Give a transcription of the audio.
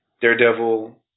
Daredevil